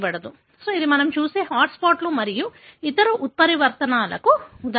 కాబట్టి ఇది మనము చూసే హాట్ స్పాట్లు మరియు ఇతర ఉత్పరివర్తనాలకు ఉదాహరణ